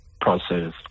process